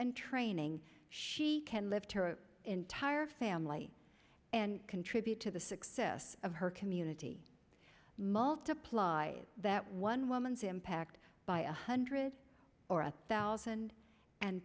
and training she can live her entire family and contribute to the success of her community multiply that one woman's impact by a hundred or a thousand and